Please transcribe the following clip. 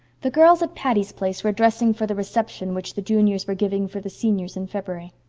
the girls at patty's place were dressing for the reception which the juniors were giving for the seniors in february.